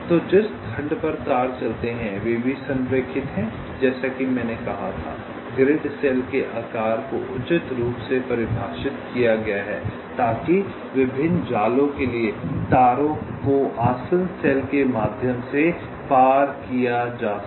तो जिस खंड पर तार चलते हैं वे भी संरेखित हैं जैसा कि मैंने कहा था ग्रिड सेल के आकार को उचित रूप से परिभाषित किया गया है ताकि विभिन्न जालों के लिए तारों को आसन्न सेल के माध्यम से पार किया जा सके